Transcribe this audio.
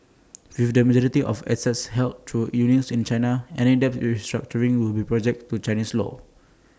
with the majority of assets held through units in China any debt restructuring will be subject to Chinese law